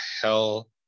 hell